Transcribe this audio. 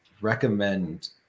recommend